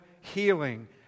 healing